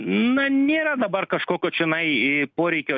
na nėra dabar kažkokio čionai poreikio